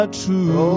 true